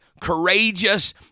courageous